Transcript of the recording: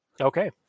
Okay